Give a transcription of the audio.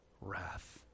wrath